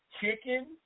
chicken